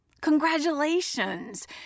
Congratulations